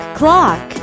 clock